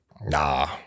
nah